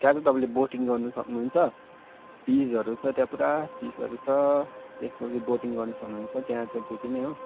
त्यहाँ त तपाईँले बोटिङ गर्न सक्नुहुन्छ फिसहरू छ त्यहाँ पुरा फिसहरू छ त्यसको पछि बोटिङ गर्नु सक्नुहुन्छ त्यहाँ त त्यती नै हो